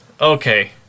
Okay